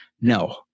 No